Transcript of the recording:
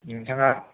नोंथाङा